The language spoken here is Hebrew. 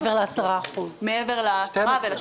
מעבר ל-10% ול-12%.